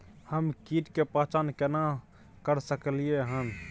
हम कीट के पहचान केना कर सकलियै हन?